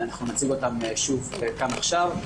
אנחנו נציג אותם שוב כאן עכשיו.